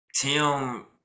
Tim